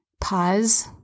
pause